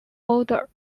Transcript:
order